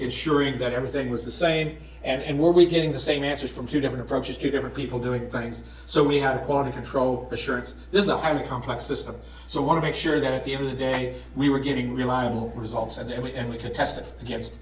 sure that everything was the same and we'll be getting the same answers from two different approaches to different people doing things so we have quality control assurance this is a highly complex system so want to make sure that at the end of the day we were getting reliable results and then we and we can test it against